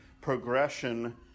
progression